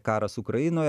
karas ukrainoje